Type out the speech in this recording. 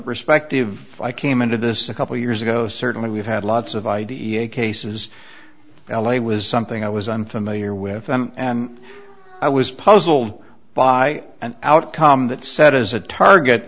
perspective i came into this a couple years ago certainly we've had lots of i d e a cases l a was something i was unfamiliar with them and i was puzzled by an outcome that said as a target